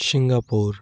Singapore